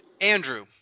Andrew